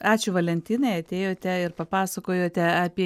ačiū valentinai atėjote ir papasakojote apie